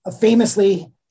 Famously